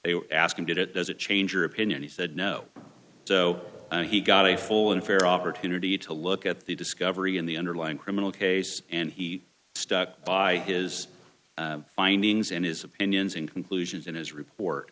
they were asking did it does it change your opinion he said no so he got a full and fair opportunity to look at the discovery in the underlying criminal case and he stuck by his findings and his opinions and conclusions in his